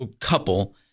couple